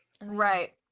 Right